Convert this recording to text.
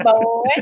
boy